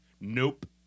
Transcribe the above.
nope